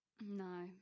no